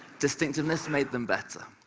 distinctiveness made them better,